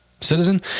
citizen